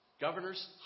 Governors